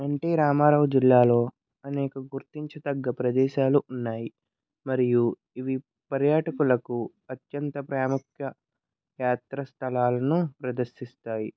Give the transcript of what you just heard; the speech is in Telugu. ఎన్టి రామారావు జిల్లాలో అనేక గుర్తించ తగ్గ ప్రదేశాలు ఉన్నాయి మరియు ఇవి పర్యాటకులకు అత్యంత ప్రాముఖ్య యాత్రా స్థలాలను ప్రదర్శిస్తాయి